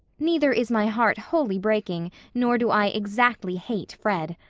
neither is my heart wholly breaking nor do i exactly hate fred.